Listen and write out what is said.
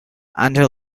under